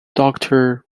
doctor